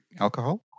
alcohol